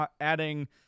adding